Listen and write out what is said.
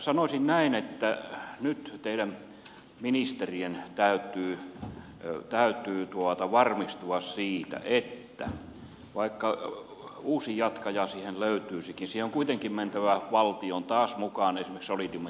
sanoisin näin että nyt teidän ministerien täytyy varmistua siitä että vaikka uusi jatkaja siihen löytyisikin siihen on kuitenkin mentävä valtion taas mukaan esimerkiksi solidiumin kautta yhdeksi omistajaksi